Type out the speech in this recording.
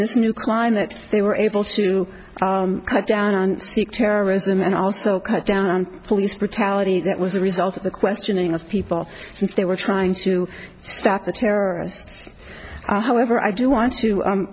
this new crime that they were able to cut down on terrorism and also cut down on police brutality that was a result of the questioning of people since they were trying to stop the terrorist however i do want to